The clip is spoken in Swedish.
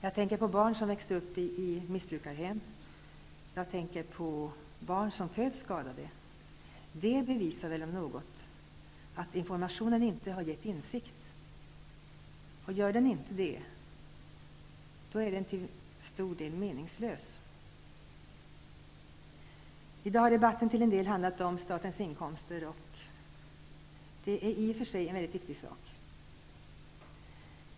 Jag tänker på barn som växer upp i missbrukarhem, och jag tänker på barn som föds skadade. Det, om något, bevisar väl att informationen inte har lett till insikt. Om inte informationen leder till insikt är den till stor del meningslös. I dag har debatten till en del handlat om statens inkomster, och det är i och för sig viktigt.